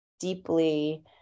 deeply